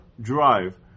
drive